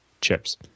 chips